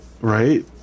Right